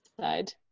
side